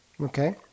Okay